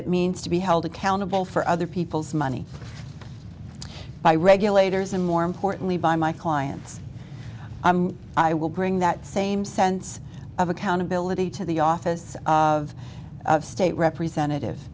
it means to be held accountable for other people's money by regulators and more importantly by my clients i will bring that same sense of accountability to the office of state representative